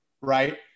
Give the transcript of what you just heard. right